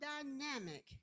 dynamic